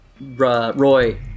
Roy